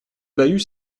bahut